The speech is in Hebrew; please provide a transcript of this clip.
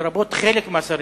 לרבות חלק מהשרים,